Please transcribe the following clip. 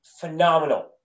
phenomenal